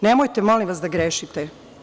Nemojte, molim vas, da grešite.